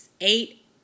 eight